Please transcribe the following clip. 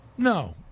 No